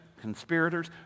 conspirators